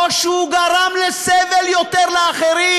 או שהוא גרם לסבל יותר לאחרים?